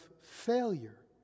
failure